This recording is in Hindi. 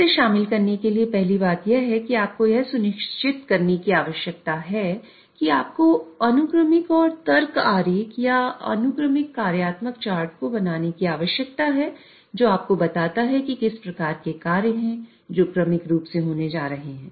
इसे शामिल करने के लिए पहली बात यह है कि आपको यह सुनिश्चित करने की आवश्यकता है कि आपको अनुक्रमिक और तर्क आरेख या अनुक्रमिक कार्यात्मक चार्ट को बनाने की आवश्यकता है जो आपको बताता है कि किस प्रकार के कार्य हैं जो क्रमिक रूप से होने जा रहे हैं